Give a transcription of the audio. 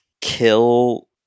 kill